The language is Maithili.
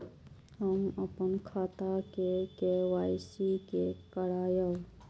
हम अपन खाता के के.वाई.सी के करायब?